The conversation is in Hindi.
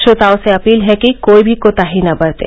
श्रोताओं से अपील है कि कोई भी कोताही न बरतें